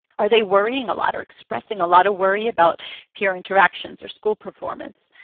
are they worrying a lot or expressing a lot of worry about peer interactions or school performance?